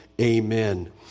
Amen